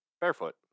barefoot